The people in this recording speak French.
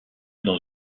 dans